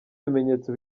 bimenyetso